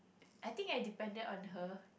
I think I depended on her